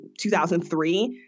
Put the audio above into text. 2003